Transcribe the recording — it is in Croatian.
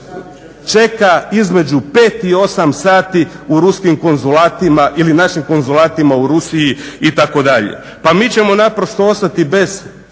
čeka između 5 i 8 sati u ruskim konzulatima ili našim konzulatima u Rusiji itd. Pa mi ćemo naprosto ostati bez